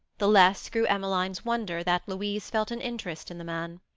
the less grew emmeline's wonder that louise felt an interest in the man.